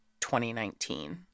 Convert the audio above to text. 2019